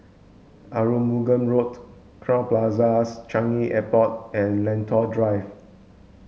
Arumugam Road Crowne Plaza Changi Airport and Lentor Drive